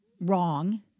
Wrong